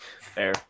Fair